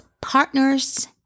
partners